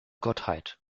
gottheit